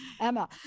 Emma